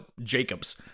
Jacobs